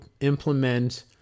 implement